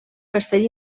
castell